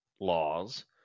laws